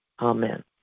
Amen